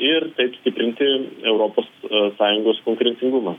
ir taip stiprinti europos sąjungos konkurencingumą